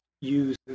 use